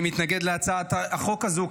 אני מתנגד להצעת החוק הזו,